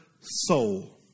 soul